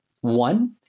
One